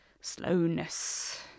slowness